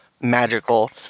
magical